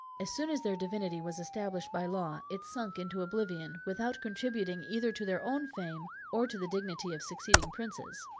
as soon as their divinity was established by law, it sunk into oblivion, without contributing either to their own fame, or to the dignity of succeeding princes.